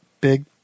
big